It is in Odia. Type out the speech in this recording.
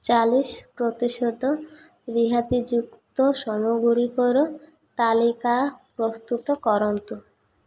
ଚାଳିଶି ପ୍ରତିଶତ ରିହାତିଯୁକ୍ତ ସାମଗ୍ରୀଗୁଡ଼ିକର ତାଲିକା ପ୍ରସ୍ତୁତ କରନ୍ତୁ